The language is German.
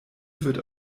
wird